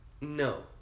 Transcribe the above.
No